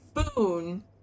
spoon